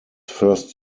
first